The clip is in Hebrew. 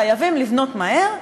חייבים לבנות מהר,